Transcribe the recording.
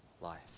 life